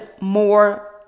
more